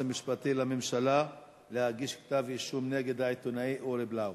המשפטי לממשלה להגיש כתב אישום נגד העיתונאי אורי בלאו,